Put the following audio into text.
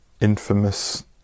infamous